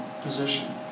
position